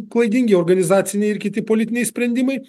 klaidingi organizaciniai ir kiti politiniai sprendimai